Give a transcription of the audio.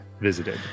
visited